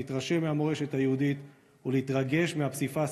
להתרשם מהמורשת היהודית ולהתרגש מהפסיפס